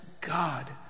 God